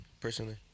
personally